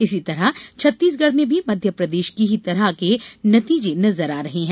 इसी तरह छत्तीसगढ़ में भी मध्यप्रदेश की ही तरह के नतीजे नजर आ रहे हैं